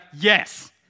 Yes